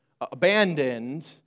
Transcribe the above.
abandoned